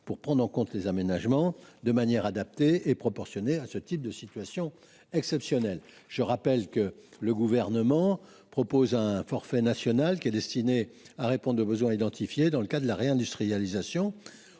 de prendre en compte les aménagements de manière adaptée et proportionnée à ce type de situations exceptionnelles. Le Gouvernement propose un forfait national destiné à répondre aux besoins identifiés dans le cadre de la réindustrialisation,